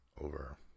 over